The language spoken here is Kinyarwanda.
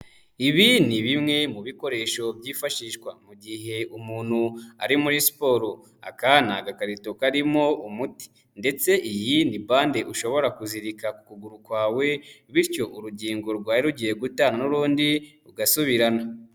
Ibi ni bimwe mu bikoresho byifashishwa mu gihe umuntu ari muri siporo. Aka ni agakarito karimo umuti. Ndetse iyi ni bande ushobora kuzirika ku kuguru kwawe, bityo urugingo rwari rugiye gutana n'urundi rugasubirana.